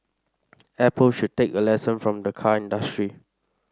Apple should take a lesson from the car industry